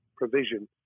provision